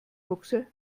buchse